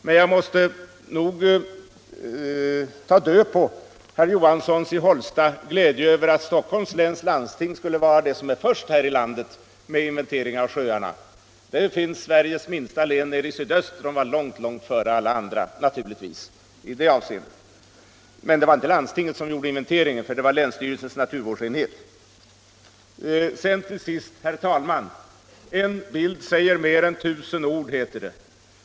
Men jag måste nog ta död på herr Johanssons i Hållsta glädje över att Stockholms läns landsting skulle vara först i landet med en inventering av sjöarna. Sveriges minsta län nere i sydöst var långt, långt före alla andra i det avseendet — naturligtvis! Men det var förstås inte landstinget som gjorde inventeringen utan det var länsstyrelsens naturvårdsenhet. Till sist, herr talman! En bild säger mer än tusen ord, heter det.